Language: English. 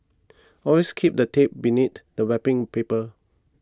always keep the tape beneath the wrapping paper